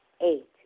Eight